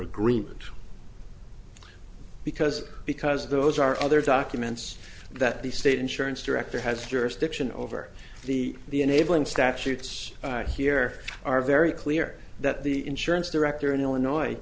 agreement because because those are other documents that the state insurance director has jurisdiction over the the enabling statutes here are very clear that the insurance director in illinois